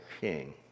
king